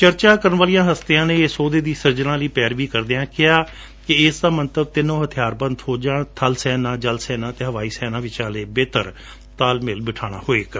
ਚਰਚਾ ਕਰਣ ਵਾਲੀਆਂ ਹਸਤੀਆਂ ਨੇ ਇਸ ਅਹੁਦੇ ਦੀ ਸਿਰਜਣਾ ਦੀ ਪੈਰੁਵੀ ਕਰਦਿਆਂ ਕਿਹਾ ਕਿ ਇਸ ਦਾ ਮੰਤਵ ਤਿੰਨੋ ਹਥਿਆਰਬੰਦ ਫੌਜਾਂ ਬਲ ਸੇਨਾ ਜਲ ਸੇਨਾ ਅਤੇ ਹਵਾਈ ਸੇਾ ਵਿਚ ਬੇਹਤਰ ਤਾਲ ਮੇਲ ਬਿਠਾਉਣਾ ਹੋਵੇਗਾ